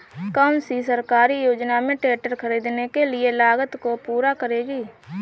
कौन सी सरकारी योजना मेरे ट्रैक्टर ख़रीदने की लागत को पूरा करेगी?